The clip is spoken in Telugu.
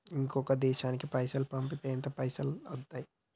ఇంకో దేశానికి పైసల్ పంపితే ఎంత పైసలు అయితయి?